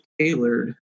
tailored